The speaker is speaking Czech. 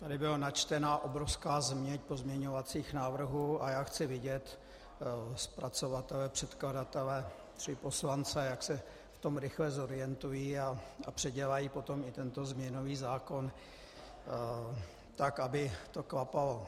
Tady byla načtena obrovská změť pozměňovacích návrhů a já chci vidět zpracovatele, předkladatele tři poslance, jak se v tom rychle zorientují a předělají potom tento změnový zákon, tak aby to klapalo.